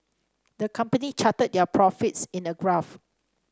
the company charted their profits in a graph